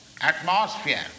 atmosphere